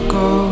go